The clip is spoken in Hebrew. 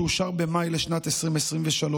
שאושר במאי לשנת 2023,